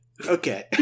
Okay